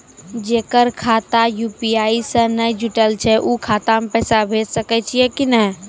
जेकर खाता यु.पी.आई से नैय जुटल छै उ खाता मे पैसा भेज सकै छियै कि नै?